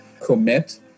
Commit